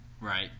Right